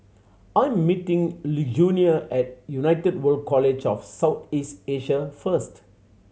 I'm meeting Lugenia at United World College of South East Asia first